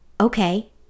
okay